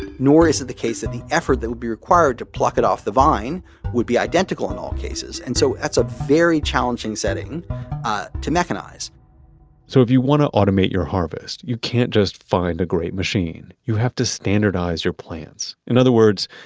and nor is it the case that the effort that will be required to pluck it off the vine would be identical in all cases. and so that's a very challenging setting ah to mechanize so if you want to automate your harvest, you can't just find a great machine, you have to standardize your plants. in other words,